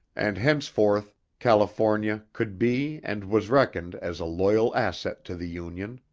and henceforth california could be and was reckoned as a loyal asset to the union.